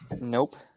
Nope